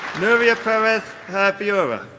nuria perez viura.